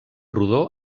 rodó